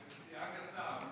זה פסיעה גסה.